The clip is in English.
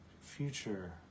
future